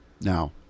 Now